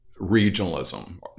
regionalism